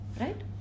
Right